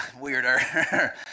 weirder